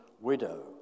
widow